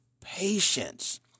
patience